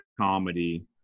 comedy